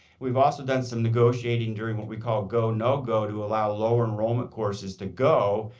we've also done some negotiating during what we call go, no go to allow lower enrollment courses to go,